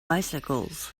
bicycles